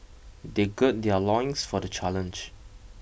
they gird their loins for the challenge